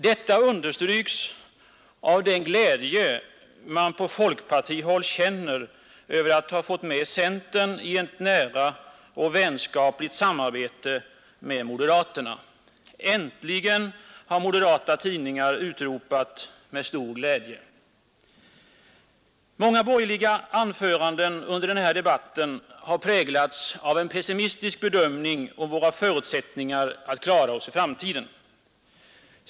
Detta understryks av den glädje man på folkpartihåll känner över att ha fått med centern i ett nära och vänskapligt samarbete med moderaterna. ”Äntligen”, har moderata tidningar utropat med stor glädje. Många borgerliga anföranden under den här debatten har präglats av en pessimistisk bedömning av våra förutsättningar att klara oss i framtiden.